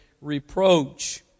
reproach